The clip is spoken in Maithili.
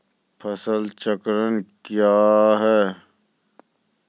फसल चक्रण कया हैं?